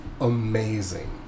amazing